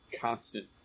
constant